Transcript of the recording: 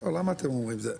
לא, למה אתם אומרים את זה?